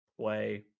play